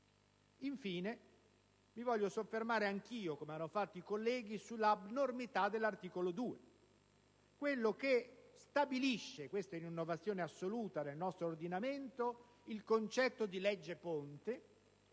Infine, voglio soffermarmi anch'io, come hanno fatto altri colleghi, sull'abnormità dell'articolo 2 che stabilisce - è un'innovazione assoluta nel nostro ordinamento - il concetto di legge ponte,